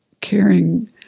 caring